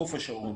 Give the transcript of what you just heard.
חוף השרון,